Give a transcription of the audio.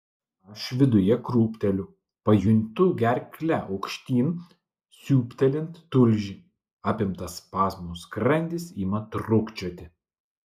aš viduje krūpteliu pajuntu gerkle aukštyn siūbtelint tulžį apimtas spazmų skrandis ima trūkčioti